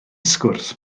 sgwrs